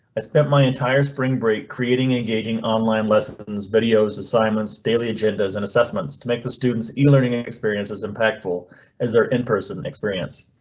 i spent my entire spring break creating engaging online lessons, videos, assignments, daily agendas and assessments to make the students e learning and experience as impactful as there in person experience.